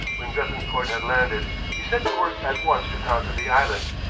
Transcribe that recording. when bethencourt had landed he set to work at once to conquer the island.